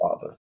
father